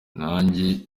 nanjye